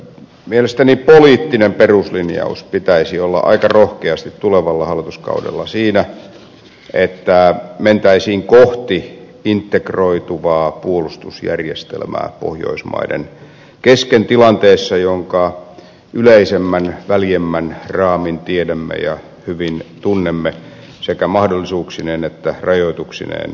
mielestäni poliittisen peruslinjauksen pitäisi olla aika rohkeasti tulevalla hallituskaudella siinä että mentäisiin kohti integroituvaa puolustusjärjestelmää pohjoismaiden kesken tilanteessa jonka yleisemmän väljemmän raamin tiedämme ja hyvin tunnemme sekä mahdollisuuksineen että rajoituksineen suomessa